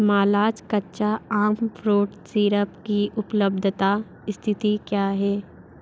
मालाज कच्चा आम fruit syrup की उपलब्धता स्थिति क्या है